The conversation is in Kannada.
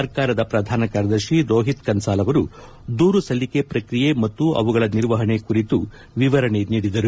ಸರ್ಕಾರದ ಪ್ರಧಾನ ಕಾರ್ಯದರ್ಶಿ ರೋಹಿತ್ ಕನ್ವಾಲ್ ಅವರು ದೂರು ಸಲ್ಲಿಕೆ ಪ್ರಕ್ರಿಯೆ ಮತ್ತು ಅವುಗಳ ನಿರ್ವಹಣೆ ಕುರಿತು ವಿವರಣೆ ನೀದಿದರು